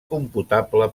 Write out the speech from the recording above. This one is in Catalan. computable